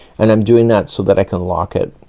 and i'm doing that so that i can lock it.